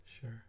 Sure